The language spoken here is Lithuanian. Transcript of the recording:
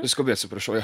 skubi atsiprašau jo